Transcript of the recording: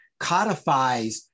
codifies